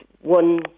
one